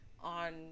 On